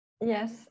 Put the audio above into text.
yes